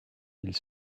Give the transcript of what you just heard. ils